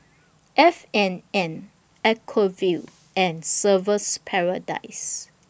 F and N Acuvue and Surfer's Paradise